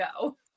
go